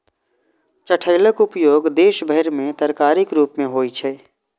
चठैलक उपयोग देश भरि मे तरकारीक रूप मे होइ छै